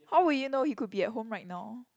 how would you know he could be at home right now